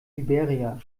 liberia